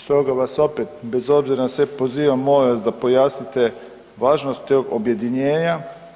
Stoga vas opet bez obzira na sve pozivam, molim vas da pojasnite važnost tog objedinjenja